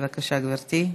בבקשה, גברתי.